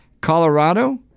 Colorado